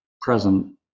present